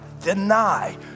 deny